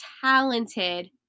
talented